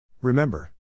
Remember